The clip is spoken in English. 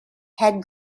had